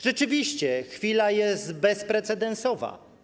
Rzeczywiście chwila jest bezprecedensowa.